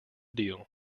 deal